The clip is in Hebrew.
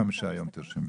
45 יום, תרשמי.